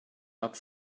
not